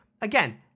Again